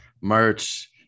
merch